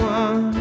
one